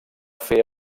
fer